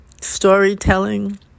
Storytelling